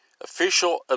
Official